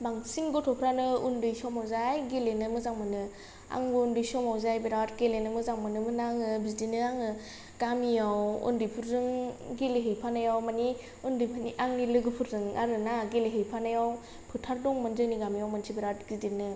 बांसिन गथ'फ्रानो आन्दै समाव जाय गेलेनो मोजां मोनो आंबो आन्दै समाव जाय बेराद गेलेनो मोजां मोनो मोन आङो बिदिनो आङो गामिआव उन्दैफोरजों गेलेहैफानायाव माने उन्दैफोरनि आंनो लोगोफोरजों आरोना गेलेहैफानायाव फोथार दंमोन जोंनि गामियाव मोनसे बिराद गिदोरनो